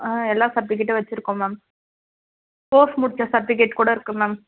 ஆ எல்லா சர்ட்டிபிக்கேட்டும் வச்சிருக்கோம் மேம் கோர்ஸ் முடித்த சர்ட்டிவிக்கேட் கூட இருக்குது மேம்